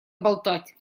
болтать